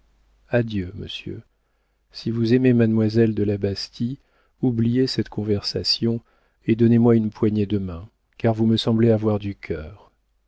adieu monsieur si vous aimez mademoiselle de la bastie oubliez cette conversation et donnez-moi une poignée de main car vous me semblez avoir du cœur